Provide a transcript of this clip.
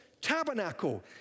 tabernacle